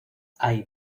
hay